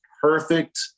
perfect